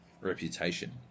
reputation